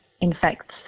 infects